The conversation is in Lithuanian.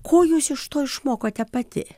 ko jūs iš to išmokote pati